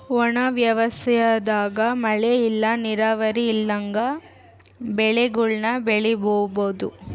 ಒಣ ವ್ಯವಸಾಯದಾಗ ಮಳೆ ಇಲ್ಲ ನೀರಾವರಿ ಇಲ್ದಂಗ ಬೆಳೆಗುಳ್ನ ಬೆಳಿಬೋಒದು